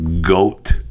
goat